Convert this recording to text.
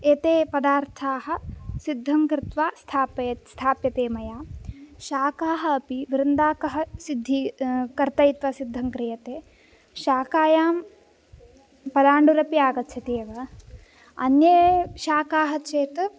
एते पदार्थाः सिद्धं कृत्वा स्थापय स्थाप्यते मया शाखाः अपि वृन्दाकः सिद्धी कर्तयित्वा सिद्धं क्रियते शाखायां पलाण्डुरपि आगच्छति एव अन्ये शाखाः चेत्